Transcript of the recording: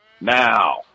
Now